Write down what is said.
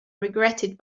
regretted